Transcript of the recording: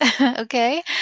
okay